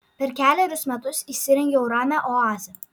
per kelerius metus įsirengiau ramią oazę